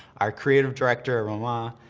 our creative director roma